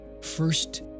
first